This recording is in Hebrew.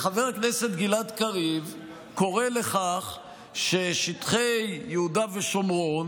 חבר הכנסת גלעד קריב קורא לכך ששטחי יהודה ושומרון